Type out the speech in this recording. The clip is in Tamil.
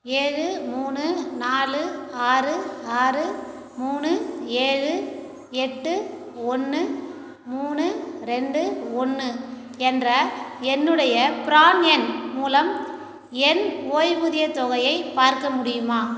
ஏழு மூணு நாலு ஆறு ஆறு மூணு ஏழு எட்டு ஒன்று மூணு ரெண்டு ஒன்று என்ற என்னுடைய ப்ரான் எண் மூலம் என் ஓய்வூதிய தொகையை பார்க்க முடியுமா